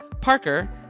Parker